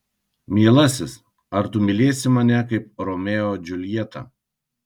mielasis ar tu mylėsi mane kaip romeo džiuljetą